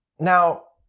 now,